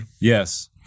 Yes